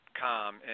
calm